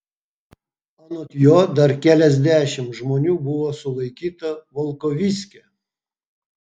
anot jo dar keliasdešimt žmonių buvo sulaikyta volkovyske